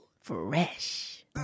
Fresh